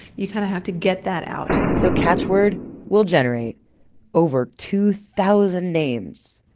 you kind of have to get that out so catchword will generate over two thousand names.